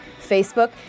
Facebook